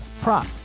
prop